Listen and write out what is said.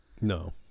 no